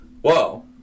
whoa